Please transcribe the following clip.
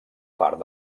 part